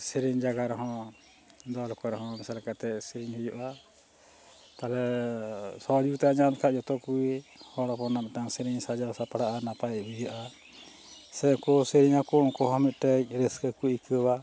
ᱥᱮᱨᱮᱧ ᱡᱟᱭᱜᱟ ᱨᱮᱦᱚᱸ ᱠᱚᱨᱮᱦᱚᱸ ᱩᱥᱟᱹᱨᱟ ᱞᱮᱠᱟᱛᱮ ᱥᱮᱨᱮᱧ ᱦᱩᱭᱩᱜᱼᱟ ᱛᱟᱦᱞᱮ ᱥᱚᱦᱚᱡᱳᱜᱤᱛᱟ ᱧᱟᱢ ᱞᱮᱠᱷᱟᱱ ᱡᱷᱚᱛᱚ ᱠᱚᱜᱮ ᱦᱚᱲ ᱦᱚᱯᱚᱱᱟᱜ ᱢᱤᱫᱴᱟᱝ ᱥᱮᱨᱮᱧ ᱥᱟᱡᱟᱣ ᱥᱟᱯᱲᱟᱜᱼᱟ ᱱᱟᱯᱟᱭ ᱵᱩᱡᱷᱟᱹᱜᱼᱟ ᱥᱮ ᱠᱚ ᱥᱮᱨᱮᱧᱟ ᱠᱚ ᱩᱱᱠᱩ ᱦᱚᱸ ᱢᱤᱫᱴᱮᱡ ᱨᱟᱹᱥᱠᱟᱹ ᱠᱚ ᱟᱹᱭᱠᱟᱹᱣᱟ